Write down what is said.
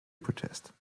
protest